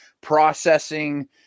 processing